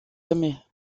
aimer